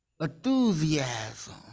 enthusiasm